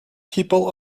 people